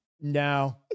no